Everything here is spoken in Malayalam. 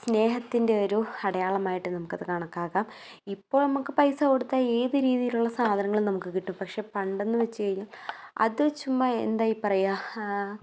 സ്നേഹത്തിൻ്റെ ഒരു അടയാളമായിട്ട് നമുക്കത് കണക്കാക്കാം ഇപ്പോൾ നമുക്ക് പൈസ കൊടുത്താൽ ഏത് രീതിയിലുള്ള സാധനങ്ങളും നമുക്ക് കിട്ടും പക്ഷേ പണ്ടെന്ന് വെച്ചു കഴിഞ്ഞാൽ അത് ചുമ്മാ എന്താ ഈ പറയാ